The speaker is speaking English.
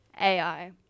AI